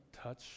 touch